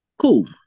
Cool